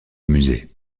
musée